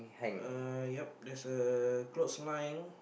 uh ya there's a clothes line